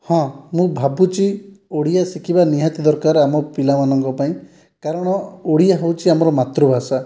ହଁ ମୁଁ ଭାବୁଛି ଓଡ଼ିଆ ଶିଖିବା ନିହାତି ଦରକାର ଆମ ପିଲାମାନଙ୍କ ପାଇଁ କାରଣ ଓଡ଼ିଆ ହେଉଛି ଆମର ମାତୃଭାଷା